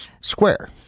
Square